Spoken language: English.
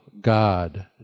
God